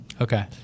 Okay